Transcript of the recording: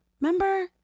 Remember